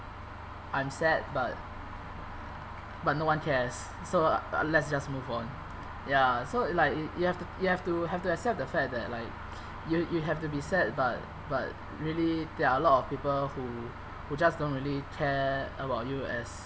I'm sad but but no one cares so uh let's just move on ya so like y~ you have t~ you have to have to accept the fact that like you you have to be sad but but really there are a lot of people who who just don't really care about you as